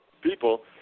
people